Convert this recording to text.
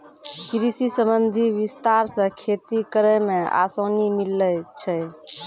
कृषि संबंधी विस्तार से खेती करै मे आसानी मिल्लै छै